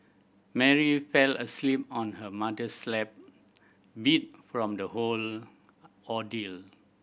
Mary fell asleep on her mother's lap beat from the whole ordeal